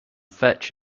fetch